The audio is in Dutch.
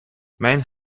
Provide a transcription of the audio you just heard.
mijn